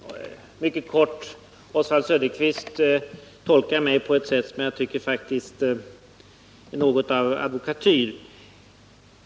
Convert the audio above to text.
Herr talman! Mycket kort: Oswald Söderqvist tolkar mig på ett sätt som jag faktiskt tycker är något av advokatyr.